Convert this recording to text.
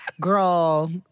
Girl